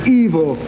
evil